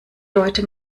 leute